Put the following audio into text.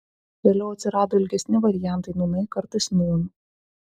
vėliau atsirado ilgesni variantai nūnai kartais nūn